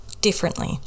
differently